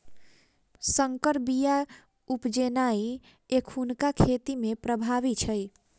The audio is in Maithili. सँकर बीया उपजेनाइ एखुनका खेती मे प्रभावी छै